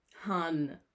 Hun